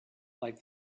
like